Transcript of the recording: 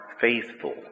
faithful